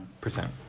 percent